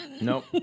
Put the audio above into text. Nope